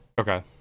Okay